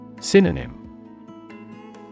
Synonym